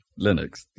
Linux